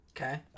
Okay